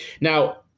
Now